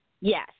Yes